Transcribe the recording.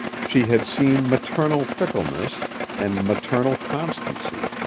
she had seen maternal fickleness and maternal constancy,